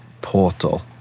portal